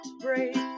break